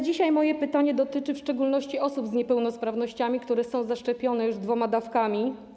Dzisiaj moje pytanie dotyczy w szczególności osób z niepełnosprawnościami, które są zaszczepione dwoma dawkami.